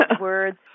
Words